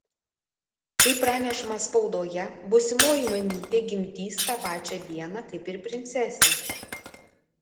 kaip pranešama spaudoje būsimoji mamytė gimdys tą pačią dieną kaip ir princesė